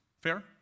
Fair